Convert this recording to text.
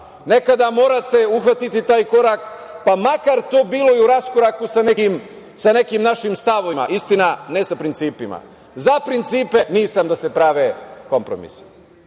Nekada morate uhvatiti taj korak, pa makar to bilo i u raskoraku sa nekim našim stavovima, istina, ne sa principima. Za principe nisam da se prave kompromisi. Principi